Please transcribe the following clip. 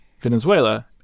Venezuela